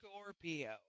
Scorpio